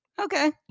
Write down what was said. okay